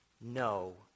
no